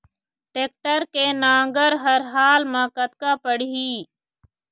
Tractor के नांगर हर हाल मा कतका पड़िही?